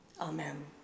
Amen